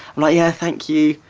like, yeah, thank you.